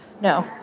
No